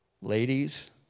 Ladies